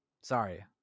Sorry